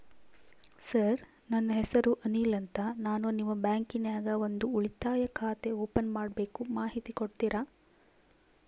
Sir ನನ್ನ ಹೆಸರು ಅನಿಲ್ ಅಂತ ನಾನು ನಿಮ್ಮ ಬ್ಯಾಂಕಿನ್ಯಾಗ ಒಂದು ಉಳಿತಾಯ ಖಾತೆ ಓಪನ್ ಮಾಡಬೇಕು ಮಾಹಿತಿ ಕೊಡ್ತೇರಾ?